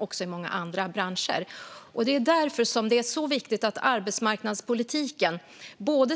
Då är det viktigt att arbetsmarknadspolitiken